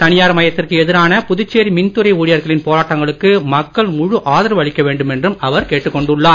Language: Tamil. தனியார் மயத்திற்கு எதிரான புதுச்சேரி மின்துறை ஊழியர்களின் போராட்டங்களுக்கு மக்கள் முழு ஆதரவு அளிக்க வேண்டுமென்றும் அவர் கேட்டுக் கொண்டுள்ளார்